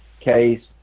case